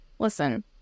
Listen